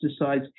decides